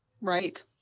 Right